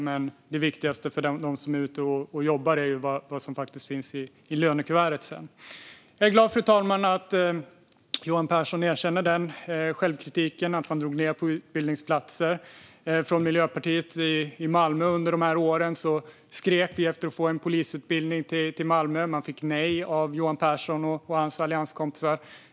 Men det viktigaste för dem som är ute och jobbar är ju vad som faktiskt finns i lönekuvertet sedan. Jag är glad, fru talman, att Johan Pehrson är självkritisk när det handlar om hur man drog ned på utbildningsplatser. Från Miljöpartiet i Malmö skrek vi under de här åren efter att få en polisutbildning till Malmö men fick nej av Johan Pehrson och hans allianskompisar.